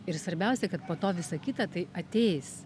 ir svarbiausia kad po to visa kita tai ateis